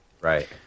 Right